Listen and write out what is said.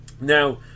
Now